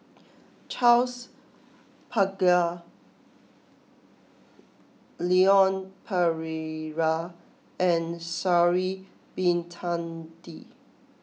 Charles Paglar Leon Perera and Sha'ari Bin Tadin